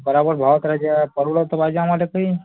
बराबर भाव करायचे यार परवडल तर पाहिजे आम्हाला काही